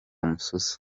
mususu